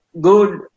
good